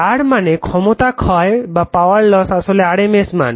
তার মানে ক্ষমতা ক্ষয় আসলে rms মান